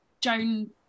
Joan